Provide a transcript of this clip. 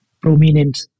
prominent